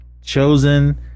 chosen